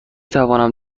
توانم